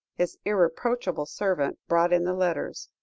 his irreproachable servant, brought in the letters.